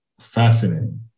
fascinating